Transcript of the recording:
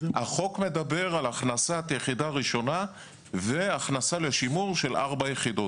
החוק מדבר על הכנסת יחידה ראשונה והכנסה לשימור של 4 יחידות.